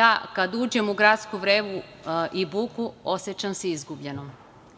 ja kada uđem u gradsku vrevu i buku osećam se izgubljenom. Prevelika